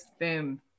boom